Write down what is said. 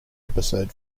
episode